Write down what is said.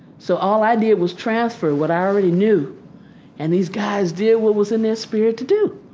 so all i did was transfer what i already knew and these guys did what was in their spirit to do.